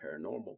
paranormal